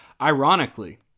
Ironically